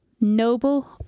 Noble